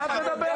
על מה את מדברת?